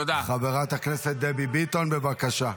אתה אומנם לא באת להצביע היום.